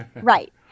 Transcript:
right